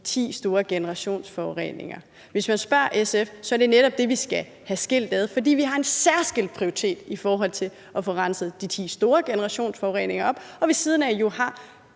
forureninger i hele Danmark. Hvis man spørger SF, er det netop det, vi skal have skilt ad, for vi har en særskilt prioritet i forhold til at få renset de ti store generationsforureninger op, og ved siden af har